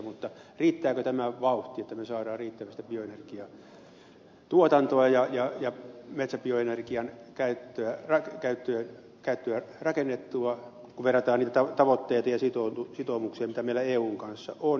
mutta riittääkö tämä vauhti että me saamme riittävästi bioenergiatuotantoa ja metsäbioenergian käyttöä rakennettua kun verrataan niitä tavoitteita ja sitoumuksia mitä meillä eun kanssa on